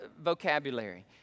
vocabulary